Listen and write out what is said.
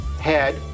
head